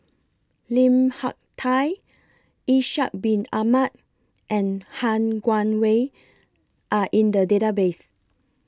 Lim Hak Tai Ishak Bin Ahmad and Han Guangwei Are in The Database